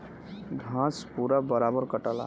घास पूरा बराबर कटला